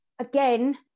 again